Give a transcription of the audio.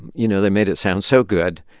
you know, they made it sound so good.